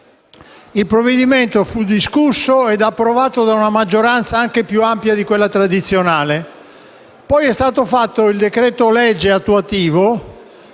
Il decreto-legge fu discusso e approvato da una maggioranza anche più ampia di quella tradizionale; poi è stato emanato il decreto attuativo,